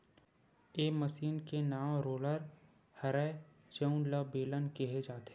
ए machine के नांव roller हरय जउन ल बेलन केहे जाथे